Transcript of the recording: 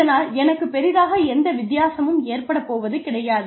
இதனால் எனக்கு பெரிதாக எந்த வித்தியாசமும் ஏற்படப் போவது கிடையாது